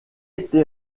été